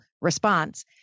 response